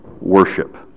worship